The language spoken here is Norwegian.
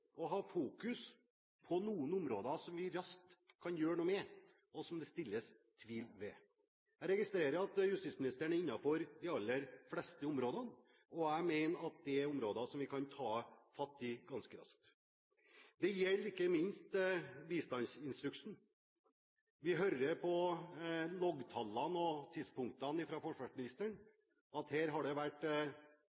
å ha fokus på noen områder som vi raskt kan gjøre noe med, og som det stilles tvil ved. Jeg registrerer at justisministeren er innom de aller fleste områdene, og jeg mener at dette er områder som vi kan ta fatt i ganske raskt. Det gjelder ikke minst bistandsinstruksen. Vi hører av loggtallene og tidspunktene fra forsvarsministeren